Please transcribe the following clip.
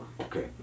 Okay